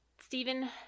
Stephen